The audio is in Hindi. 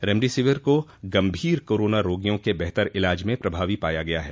रेमडेसिविर को गंभीर कोरोना रोगियों के बेहतर इलाज में प्रभावी पाया गया है